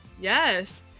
yes